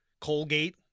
Colgate